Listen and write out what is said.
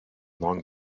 long